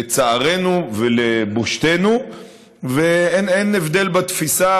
לצערנו ולבושתנו ואין הבדל בתפיסה.